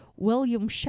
William